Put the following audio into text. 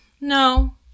no